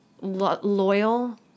loyal